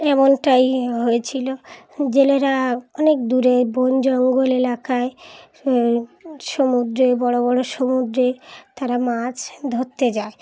এমনটাই হয়েছিলো জেলেরা অনেক দূরে বন জঙ্গল এলাকায় সমুদ্রে বড়ো বড়ো সমুদ্রে তারা মাছ ধরতে যায়